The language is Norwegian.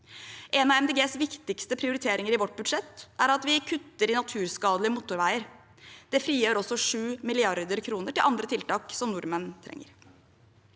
De Grønnes viktigste prioriteringer i vårt budsjett er at vi kutter i naturskadelige motorveier. Det frigjør også 7 mrd. kr til andre tiltak som nordmenn trenger.